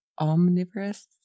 omnivorous